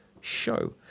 show